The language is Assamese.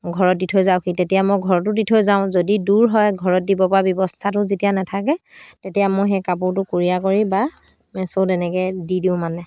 ঘৰত দি থৈ যাওকহি তেতিয়া মই ঘৰতো দি থৈ যাওঁ যদি দূৰ হয় ঘৰত দিব পৰা ব্যৱস্থাটো যেতিয়া নাথাকে তেতিয়া মই সেই কাপোৰটো কুৰিয়াৰ কৰি বা মেচ' তেনেকৈ দি দিওঁ মানে